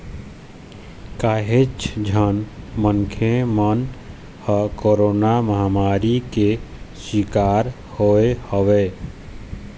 काहेच झन मनखे मन ह कोरोरा महामारी के सिकार होय हवय